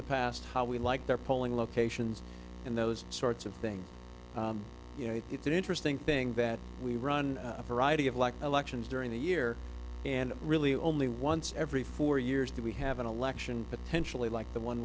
the past how we like their polling locations and those sorts of things you know it's an interesting thing that we run a variety of like elections during the year and really only once every four years that we have an election potentially like the one